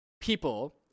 people